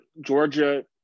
Georgia